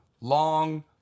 long